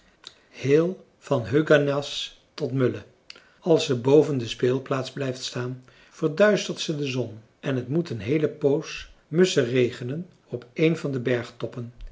heel van höganäs tot mölle als ze boven de speelplaats blijft staan verduistert ze de zon en het moet een heele poos musschen regenen op een van de